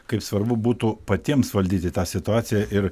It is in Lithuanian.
kaip svarbu būtų patiems valdyti tą situaciją ir